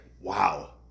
wow